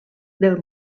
del